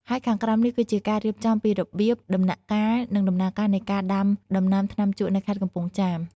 ហើយខាងក្រោមនេះគឺជាការរៀបរាប់ពីរបៀប ដំណាក់កាល និងដំណើរការនៃការដាំដំណាំថ្នាំជក់នៅខេត្តកំពង់ចាម។